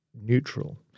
neutral